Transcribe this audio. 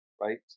Right